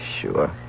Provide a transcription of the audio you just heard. Sure